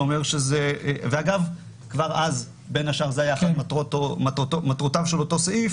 שאומר ואגב כבר אז בין השאר זה היה בין מטרותיו של אותו סעיף